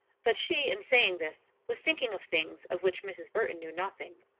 but she, in saying this, was thinking of things of which mrs. burton knew nothing.